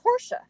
porsche